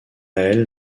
elle